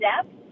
step